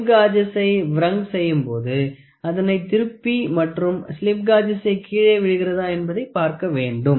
slip காஜசை வ்ருங் செய்யும் போது அதை திருப்பி மற்றும் ஸ்லிப் காஜசை கீழே விழுகிறதா என்பதை பார்க்க வேண்டும்